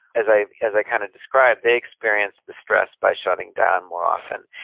as i as i kind of described, they experience the stress by shutting down more often,